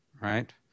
right